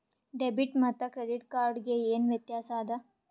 Debit ಮತ್ತ credit card ಗೆ ಏನ ವ್ಯತ್ಯಾಸ ಆದ?